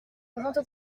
vingt